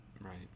Right